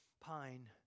pine